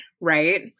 right